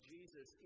Jesus